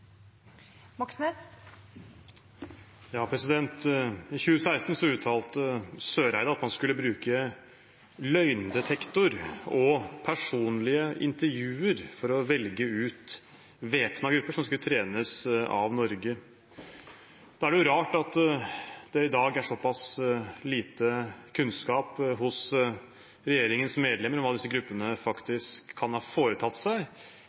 I 2016 uttalte Eriksen Søreide at man skulle bruke løgndetektor og personlige intervjuer for å velge ut væpnede grupper som skulle trenes av Norge. Da er det jo rart at det i dag er såpass lite kunnskap hos regjeringens medlemmer om hva disse gruppene faktisk kan ha foretatt seg